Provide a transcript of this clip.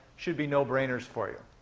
should be no-brainers for you.